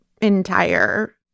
entire